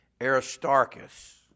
Aristarchus